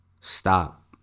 stop